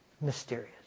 mysterious